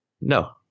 No